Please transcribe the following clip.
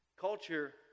culture